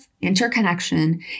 interconnection